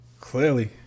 Clearly